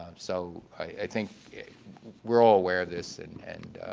um so i think we're all aware of this and and